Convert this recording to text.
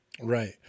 right